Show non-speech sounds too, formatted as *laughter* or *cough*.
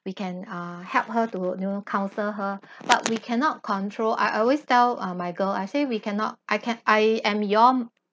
we can uh help her to you know counsel her *breath* but we cannot control I always tell uh my girl I say we cannot I can I am your m~